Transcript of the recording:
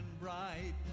bright